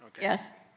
Yes